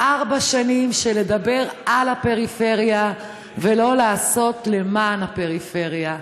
ארבע שנים של לדבר על הפריפריה ולא לעשות למען הפריפריה.